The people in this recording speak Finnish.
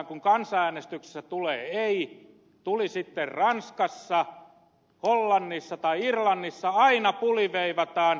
kun kansanäänestyksessä tulee ei tuli sitten ranskassa hollannissa tai irlannissa aina puliveivataan